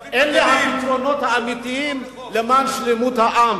אלה הפתרונות האמיתיים למען שלמות העם.